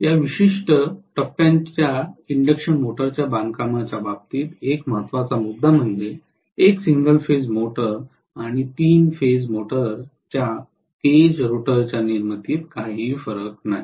या विशिष्ट टप्प्याच्या इंड्यूक्शन मोटरच्या बांधकामाच्या बाबतीत एक महत्त्वाचा मुद्दा म्हणजे एक सिंगल फेज मोटर आणि तीन फेज मोटरच्या केज रोटरच्या निर्मितीत काहीही फरक नाही